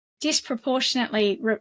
disproportionately